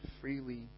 freely